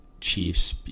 Chiefs